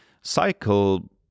cycle